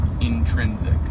intrinsic